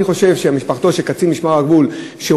אני חושב שמשפחתו של קצין משמר הגבול שהטנדר פגע בו,